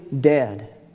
dead